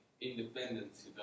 independence